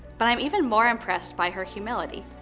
but i'm even more impressed by her humility.